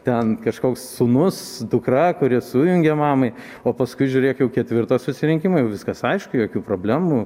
ten kažkoks sūnus dukra kurie sujungė mamai o paskui žiūrėk jau ketvirtą susirinkimą jau viskas aišku jokių problemų